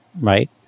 right